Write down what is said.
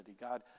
God